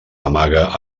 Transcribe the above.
amaga